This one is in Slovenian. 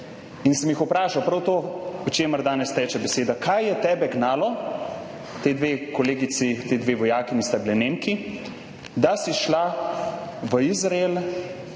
sem jih prav to, o čemer danes teče beseda, kaj je tebe gnalo – ti dve kolegici, ti dve vojakinji sta bili Nemki – da si šla v Izrael